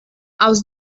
aus